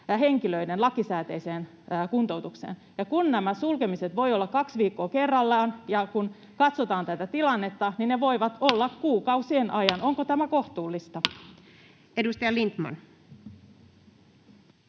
mahdollisuutta lakisääteiseen kuntoutukseen. Kun nämä sulkemiset voivat olla kaksi viikkoa kerrallaan ja kun katsotaan tätä tilannetta, niin ne voivat olla kuukausien ajan. Onko